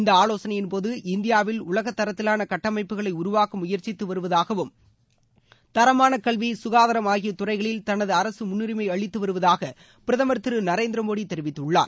இந்த ஆலோசனையின்போது இந்தியாவில் உலகத்தரத்திலான கட்டமைப்புகளை உருவாக்க முயற்சித்து வருவதாகவும் தரமான கல்வி சுகாதாரம் ஆகிய துறைகளில் தனது அரசு முன்னுரினம அளித்து வருவதாக பிரதமர் திரு நரேந்திர மோடி தெரிவித்துள்ளார்